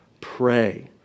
pray